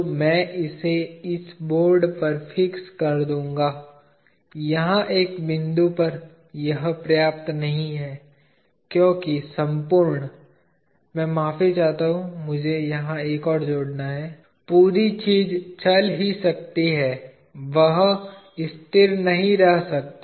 तो मैं इसे इस बोर्ड पर फिक्स कर दूंगा यहां एक बिंदु पर यह पर्याप्त नहीं है क्योंकि संपूर्ण मैं माफी चाहता हूं मुझे यहां एक और जोड़ना है पूरी चीज चल ही सकती है वह स्थिर नहीं रह सकती